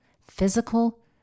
physical